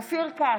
בעד אופיר כץ,